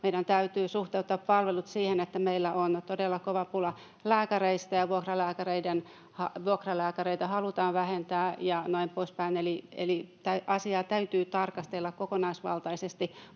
Meidän täytyy suhteuttaa palvelut siihen, että meillä on todella kova pula lääkäreistä ja vuokralääkäreitä halutaan vähentää ja näin poispäin, eli asiaa täytyy tarkastella kokonaisvaltaisesti.